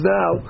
now